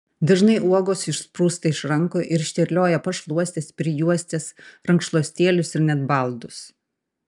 dažnai uogos išsprūsta iš rankų ir išterlioja pašluostes prijuostes rankšluostėlius ir net baldus